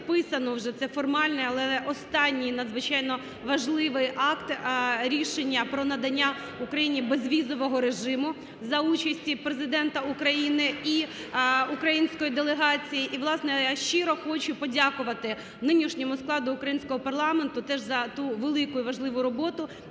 вже (це формальний, але останній і надзвичайно важливий) Акт рішення про надання Україні безвізового режиму за участі Президента України і української делегації. І, власне, я щиро хочу подякувати нинішньому складу українського парламенту теж за ту велику і важливу роботу,